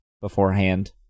beforehand